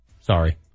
Sorry